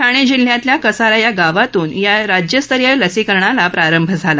ठाणे जिल्ह्यातल्या कसारा या गावातून या राज्यस्तरीय लसीकरणाला प्रारंभ झाला